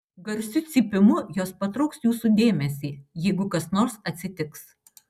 garsiu cypimu jos patrauks jūsų dėmesį jeigu kas nors atsitiks